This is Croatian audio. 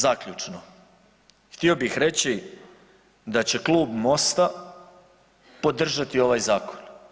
Zaključno, htio bih reći da će klub Mosta podržati ovaj zakon.